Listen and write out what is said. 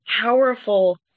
powerful